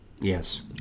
Yes